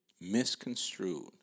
misconstrued